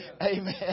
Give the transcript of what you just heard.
Amen